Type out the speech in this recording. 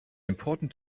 important